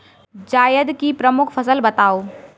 जायद की प्रमुख फसल बताओ